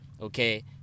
Okay